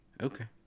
Okay